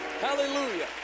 Hallelujah